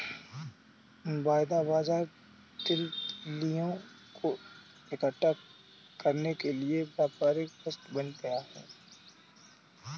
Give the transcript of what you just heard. वायदा बाजार तितलियों को इकट्ठा करने के लिए व्यापारिक वस्तु बन गया